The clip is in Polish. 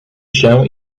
się